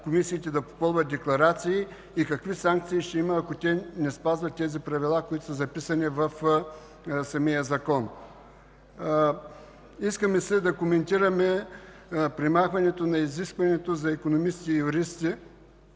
комисиите да попълват декларации, и какви санкции ще има, ако те не спазват правилата, които са записани в самия Закон? Иска ми се да коментирам премахването на изискването за икономисти и юристи.